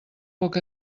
poc